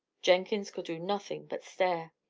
jenkins could do nothing but stare.